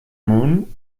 moon